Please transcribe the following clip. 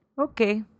Okay